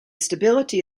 stability